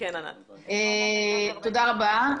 תודה רבה.